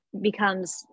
becomes